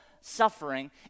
suffering